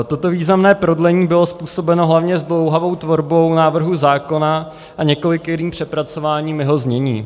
Toto významné prodlení bylo způsobeno hlavně zdlouhavou tvorbou návrhu zákona a několikerým přepracováním jeho znění.